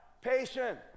Patient